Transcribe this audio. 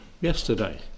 yesterday